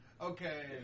Okay